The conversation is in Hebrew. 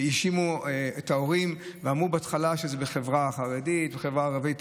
האשימו את ההורים ואמרו בהתחלה שזה בחברה החרדית ובחברה הערבית,